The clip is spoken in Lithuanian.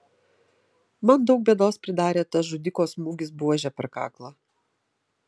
man daug bėdos pridarė tas žudiko smūgis buože per kaklą